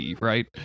right